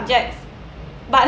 subjects but